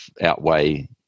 outweigh